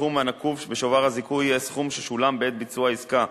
והסכום הנקוב בשובר הזיכוי יהיה הסכום ששולם בעת ביצוע העסקה,